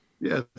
yes